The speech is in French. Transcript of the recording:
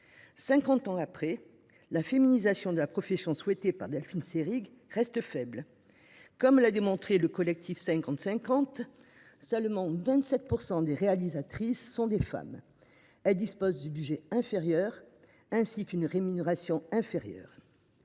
plus tard, la féminisation de la profession souhaitée par Delphine Seyrig reste faible : ainsi que l’a démontré le collectif 50/50, seulement 27 % des réalisatrices sont des femmes ; elles disposent de budgets et d’une rémunération inférieurs